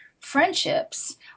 friendships